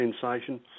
Sensation